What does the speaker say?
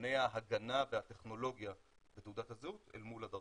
מנגנוני ההגנה והטכנולוגיה בתעודת הזהות אל מול הדרכון,